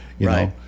right